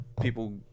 people